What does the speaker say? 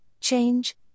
change